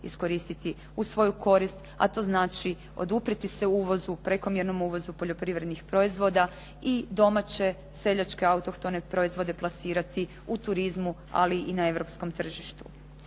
iskoristiti u svoju korist, a to znači oduprijeti se uvozu, prekomjernom uvozu poljoprivrednih proizvoda i domaće seljačke autohtone proizvode plasirati u turizmu ali i na europskom tržištu.